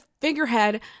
figurehead